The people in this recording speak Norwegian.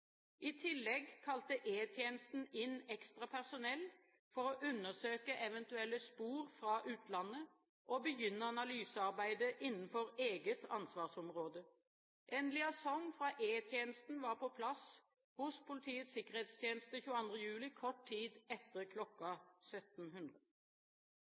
I tillegg kalte E-tjenesten inn ekstra personell for å undersøke eventuelle spor fra utlandet og begynne analysearbeidet innenfor eget ansvarsområde. En liaison fra E-tjenesten var på plass hos Politiets sikkerhetstjeneste 22. juli kort tid etter